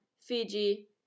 Fiji